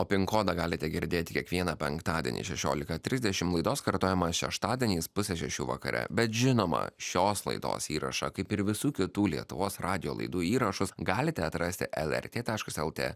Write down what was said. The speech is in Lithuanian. o pin kodą galite girdėti kiekvieną penktadienį šešiolika trisdešim laidos kartojimą šeštadieniais pusę šešių vakare bet žinoma šios laidos įrašą kaip ir visų kitų lietuvos radijo laidų įrašus galite atrasti lrt taškas lt